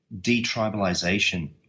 detribalization